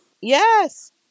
Yes